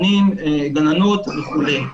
גננות וכו'.